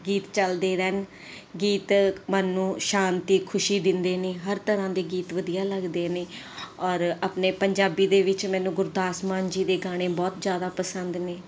ਗੀਤ ਚਲਦੇ ਰਹਿਣ ਗੀਤ ਮਨ ਨੂੰ ਸ਼ਾਂਤੀ ਖੁਸ਼ੀ ਦਿੰਦੇ ਨੇ ਹਰ ਤਰ੍ਹਾਂ ਦੇ ਗੀਤ ਵਧੀਆ ਲੱਗਦੇ ਨੇ ਔਰ ਆਪਣੇ ਪੰਜਾਬੀ ਦੇ ਵਿੱਚ ਮੈਨੂੰ ਗੁਰਦਾਸ ਮਾਨ ਜੀ ਦੇ ਗਾਣੇ ਬਹੁਤ ਜ਼ਿਆਦਾ ਪਸੰਦ ਨੇ